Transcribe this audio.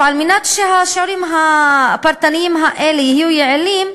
על מנת שהשיעורים הפרטניים האלה יהיו יעילים,